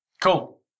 Cool